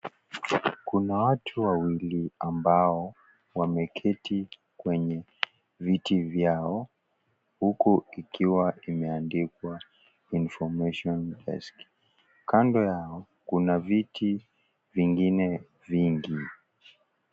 Kuna watu wawili ambao wameketi kwenye viti vyao, huku ikiwa imeandikwa information desk . Kando yao, kuna viti vingine vingi.